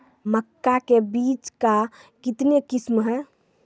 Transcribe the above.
मक्का के बीज का कितने किसमें हैं?